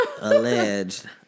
Alleged